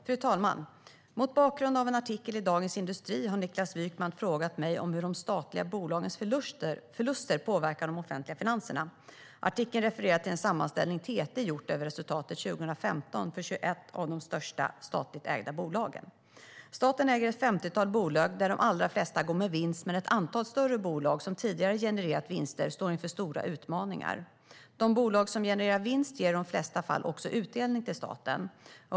Fru talman! Mot bakgrund av en artikel i Dagens Industri har Niklas Wykman frågat mig hur de statliga bolagens förluster påverkar de offentliga finanserna. Artikeln refererar till en sammanställning TT gjort över resultatet 2015 för 21 av de största statligt ägda bolagen. Staten äger ett femtiotal bolag, varav de allra flesta går med vinst, men ett antal större bolag som tidigare genererat vinster står inför stora utmaningar. De bolag som genererar vinst ger i de flesta fall också utdelning till staten.